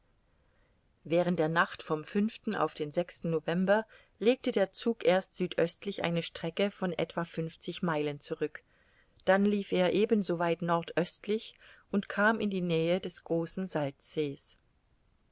während der nacht vom auf den november legte der zug erst südöstlich eine strecke von etwa fünfzig meilen zurück dann lief er ebensoweit nordöstlich und kam in die nähe des großen salzsees